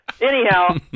Anyhow